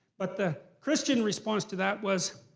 but the christian response to that was,